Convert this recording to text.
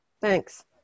thanks